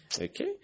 Okay